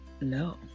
no